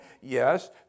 Yes